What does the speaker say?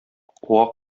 куа